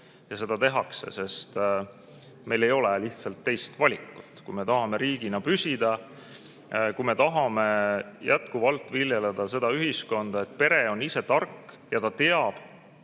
Ja seda tehakse, sest meil ei ole lihtsalt teist valikut, kui me tahame riigina püsida. Kui me tahame jätkuvalt viljeleda seda ühiskonda, et pere on ise tark ja ta teab,